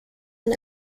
and